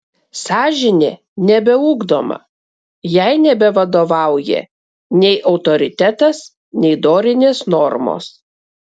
sąžinė nebeugdoma jai nebevadovauja nei autoritetas nei dorinės normos